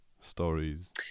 stories